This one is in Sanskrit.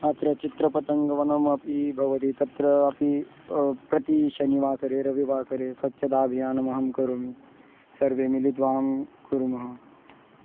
अत्र चित्रपतङ्गवनमपि भवति तत्रापि प्रतिशनिवासरे रविवासरे स्वच्छताभियानमहं करोमि सर्वे मिलित्वा अहं कुर्मः